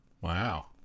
wow